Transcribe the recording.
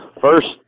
first